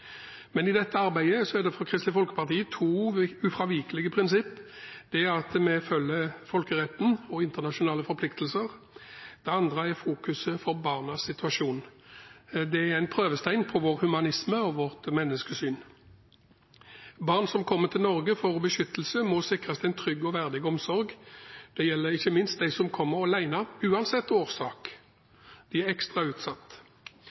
Men i dette arbeidet er det for Kristelig Folkeparti to ufravikelige prinsipper. Det ene er at vi følger folkeretten og internasjonale forpliktelser, det andre er fokuset på barnas situasjon. Det er en prøvestein på vår humanisme og vårt menneskesyn. Barn som kommer til Norge for å få beskyttelse, må sikres en trygg og verdig omsorg. Det gjelder ikke minst de som kommer alene, uansett årsak. De er ekstra utsatt.